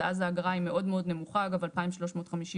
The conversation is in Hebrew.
ואז האגרה היא מאוד מאוד נמוכה, אגב, 2,350 שקלים.